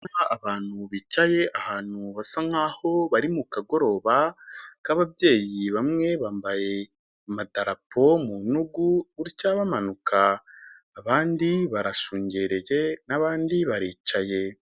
Abantu bicaye ahantu basa nkaho bari mu kagoroba k'ababyeyi, bamwe bambaye amadarapo mu ntugu utya bamanuka, abandi barashungereye n'abandi baricaye.